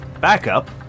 backup